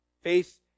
Faith